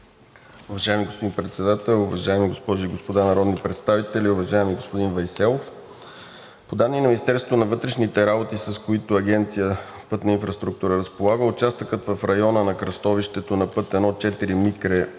Уважаеми господин Председател, уважаеми госпожи и господа народни представители! Уважаеми господин Вейселов, по данни на Министерството на вътрешните работи, с които Агенция „Пътна инфраструктура“ разполага, участъкът в района на кръстовището на път I-4 Микре